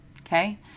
Okay